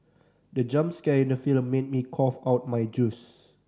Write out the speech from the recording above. the jump scare in the film made me cough out my juice